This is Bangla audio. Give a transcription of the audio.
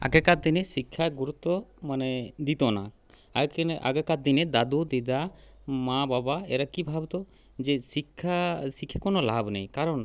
আগেকার দিনে শিক্ষার গুরুত্ব মানে দিতো না আগেকার দিনে দাদু দিদা মা বাবা এরা কী ভাবতো যে শিক্ষা শিখে কোনো লাভ নেই কারণ